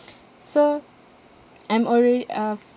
so I'm already uh